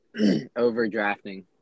overdrafting